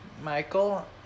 Michael